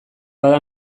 bada